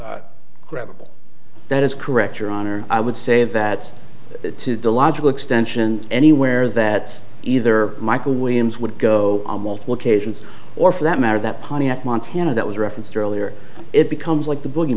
or grab that is correct your honor i would say that to the logical extension anywhere that either michael williams would go a multiple occasions or for that matter that pontiac montana that was referenced earlier it becomes like the